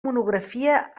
monografia